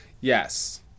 Yes